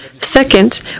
Second